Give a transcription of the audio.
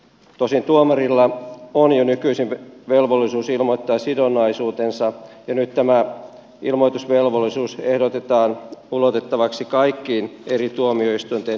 tosin tuomarilla on jo nykyisin velvollisuus ilmoittaa sidonnaisuutensa ja nyt tämä ilmoitusvelvollisuus ehdotetaan ulotettavaksi kaikkiin eri tuomioistuinten asiantuntijajäseniin